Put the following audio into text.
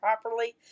properly